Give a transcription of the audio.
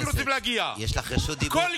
חברת הכנסת, יש לך רשות דיבור,